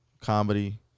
comedy